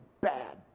bad